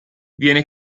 viene